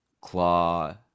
CLAW